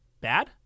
bad